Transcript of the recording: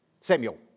Samuel